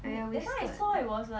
!aiya! wasted